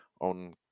on